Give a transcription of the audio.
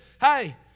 hey